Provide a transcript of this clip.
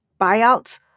Buyouts